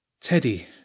Teddy